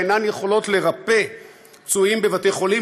ואינן יכולות לרפא פצועים בבתי-חולים